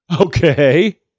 Okay